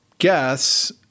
guess